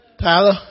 Tyler